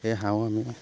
সেই হাঁহো আমি